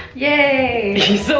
yay! he's so